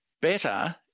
Better